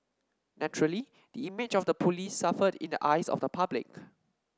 naturally the image of the police suffered in the eyes of the public